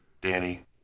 Danny